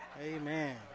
Amen